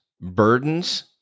burdens